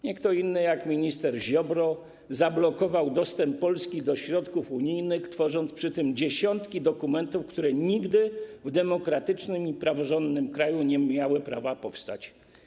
Nie kto inny jak minister Ziobro zablokował dostęp Polski do środków unijnych, tworząc przy tym dziesiątki dokumentów, które nigdy w demokratycznym i praworządnym kraju nie miały prawa powstać.